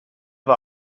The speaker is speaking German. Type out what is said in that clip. war